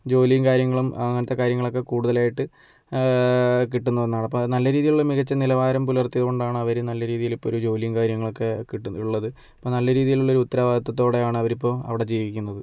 ജോലിയും കാര്യങ്ങളും അങ്ങനത്തെ കാര്യങ്ങളൊക്കെ കൂടുതലായിട്ട് കിട്ടും എന്നാണ് അപ്പ നല്ല രീതിയിലുള്ള മികച്ച നിലവാരം പുലർത്തിയത് കൊണ്ടാണ് അവര് നല്ല രീതിയില് ഇപ്പോൾ ഒരു ജോലിയും കാര്യങ്ങളൊക്കെ കിട്ടു ഉള്ളത് ഇപ്പം നല്ല രീതിയിലുള്ള ഉത്തരവാദിത്തത്തോടെയാണ് അവര് ഇപ്പോൾ അവിടെ ജീവിക്കുന്നത്